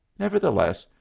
nevertheless,